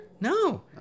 No